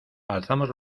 alzamos